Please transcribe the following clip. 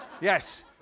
Yes